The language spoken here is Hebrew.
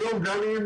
היום, גם אם